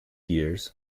years